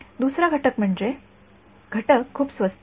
दुसरा भाग म्हणजे घटक खूप स्वस्त आहेत